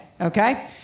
Okay